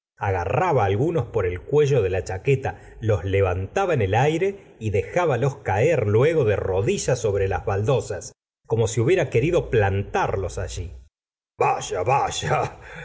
agarraba algunos por el cuello de la chaqueta los levantaba en el aire y dejábalos caer luego de rodillas sobre las baldosas como si hubiera querido plantarlos allí vaya vaya